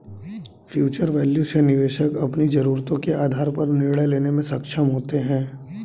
future value से निवेशक अपनी जरूरतों के आधार पर निर्णय लेने में सक्षम होते हैं